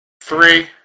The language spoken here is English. three